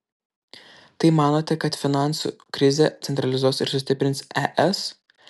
tai manote kad finansų krizė centralizuos ir sustiprins es